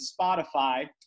spotify